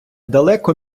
далеко